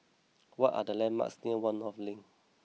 what are the landmarks near One North Link